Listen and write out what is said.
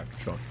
sure